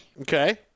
Okay